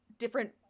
different